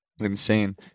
insane